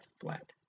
flat